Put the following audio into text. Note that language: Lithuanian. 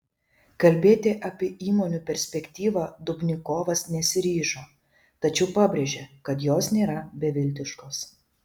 kalbėti apie įmonių perspektyvą dubnikovas nesiryžo tačiau pabrėžė kad jos nėra beviltiškos